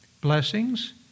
Blessings